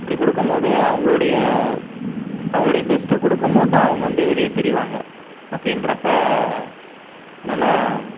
அப்படி கொடுக்கும் போது அவங்களுடைய அவங்களுடைய பெஸ்ட்டை கொடுக்கும் போது தான் அவங்க வந்து வெளிய தெரியிவாங்க அப்படின்றப்ப என்னென்னா